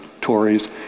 Tories